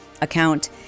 account